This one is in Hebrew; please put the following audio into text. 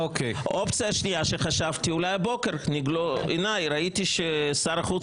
האופציה השנייה שחשבתי עליה כאשר הבוקר ראיתי ששר החוץ